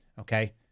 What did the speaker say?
Okay